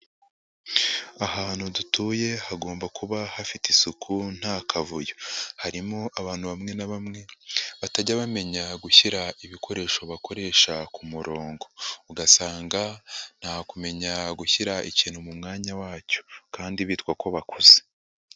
Ahantu dutuye hagomba kuba hafite isuku nta kavuyo, harimo abantu bamwe na bamwe batajya bamenya gushyira ibikoresho bakoresha ku murongo, ugasanga nta kumenya gushyira ikintu mu mwanya wacyo kandi bitwa ko bakuze.